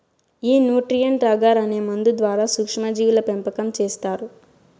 ఈ nutrient agar అనే మందు ద్వారా సూక్ష్మ జీవుల పెంపకం చేస్తారు